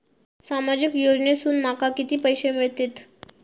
सामाजिक योजनेसून माका किती पैशे मिळतीत?